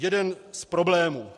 Jeden z problémů.